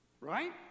Right